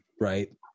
right